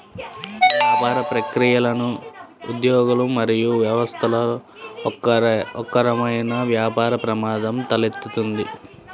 వ్యాపార ప్రక్రియలు, ఉద్యోగులు మరియు వ్యవస్థలలో ఒకరకమైన వ్యాపార ప్రమాదం తలెత్తుతుంది